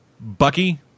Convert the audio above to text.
Bucky